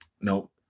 Nope